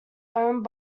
owned